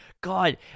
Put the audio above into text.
God